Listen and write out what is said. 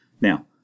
Now